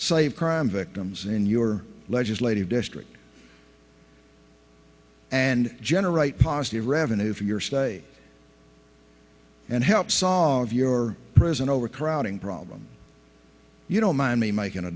save crime victims in your legislative district and generate positive revenue for your state and help solve your prison overcrowding problem you don't mind me making a